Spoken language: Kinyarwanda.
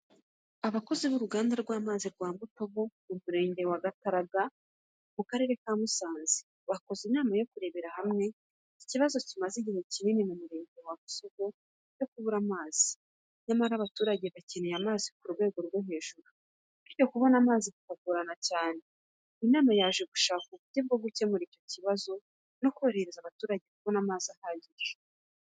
Abakozi b’uruganda rw’amazi rwa Mutobo mu Murenge wa Gataraga, mu Karere ka Musanze, bakoze inama yo kurebera hamwe ikibazo kimaze igihe kinini mu Murenge wa Busogo cyo kubura amazi. Nyamara, abaturage bakeneye amazi ku rugero rwo hejuru, bityo kubona amazi bikabagora cyane. Inama yaje gushaka uburyo bwo gukemura icyo kibazo no korohereza abaturage kubona amazi ahagije.